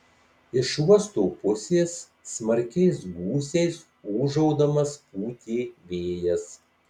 iš uosto pusės smarkiais gūsiais ūžaudamas pūtė vėjas